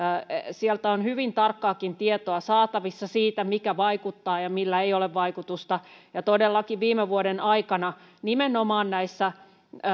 sieltä on hyvin tarkkaakin tietoa saatavissa siitä mikä vaikuttaa ja millä ei ole vaikutusta todellakin viime vuoden aikana nimenomaan näissä